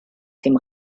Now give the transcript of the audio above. dem